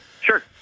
Sure